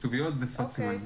כתוביות ושפת סימנים.